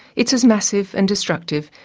it's as massive and destructive,